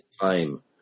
time